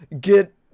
get